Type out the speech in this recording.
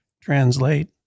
translate